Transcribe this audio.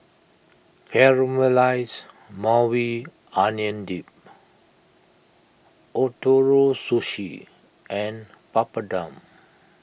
Caramelized Maui Onion Dip Ootoro Sushi and Papadum